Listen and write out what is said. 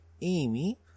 amy